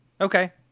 Okay